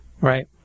Right